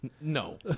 No